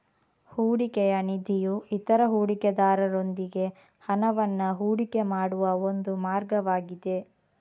ಹೂಡಿಕೆಯ ನಿಧಿಯು ಇತರ ಹೂಡಿಕೆದಾರರೊಂದಿಗೆ ಹಣವನ್ನ ಹೂಡಿಕೆ ಮಾಡುವ ಒಂದು ಮಾರ್ಗವಾಗಿದೆ